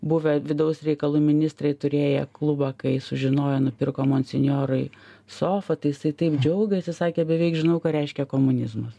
buvę vidaus reikalų ministrai turėję klubą kai sužinojo nupirko monsinjorui sofą tai jisai taip džiaugėsi sakė beveik žinau ką reiškia komunizmas